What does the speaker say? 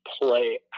play